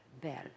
Bell